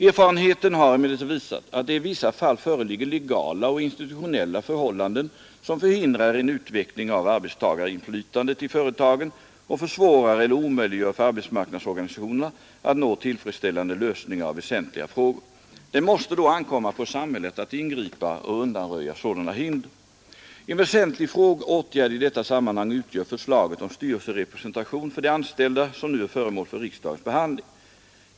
Erfarenheten har emellertid visat att det i vissa fall föreligger legala och institutionella förhållanden som förhindrar en utveckling av arbetstagarinflytandet i företagen och försvårar eller omöjliggör för arbetsmarknadsorganisationerna att nå tillfredsställande lösningar av väsentliga frågor. Det måste då ankomma på samhället att ingripa och undanröja sådana hinder. En väsentlig åtgärd i detta sammanhang utgör förslaget om styrelserepresentation för de anställda som nu är föremål för riksdagens behandling.